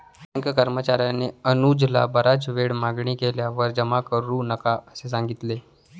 bank कर्मचार्याने अनुजला बराच वेळ मागणी केल्यावर जमा करू नका असे सांगितले